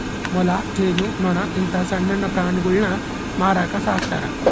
ಮೊಲ, ಜೇನು ನೊಣ ಇಂತ ಸಣ್ಣಣ್ಣ ಪ್ರಾಣಿಗುಳ್ನ ಮಾರಕ ಸಾಕ್ತರಾ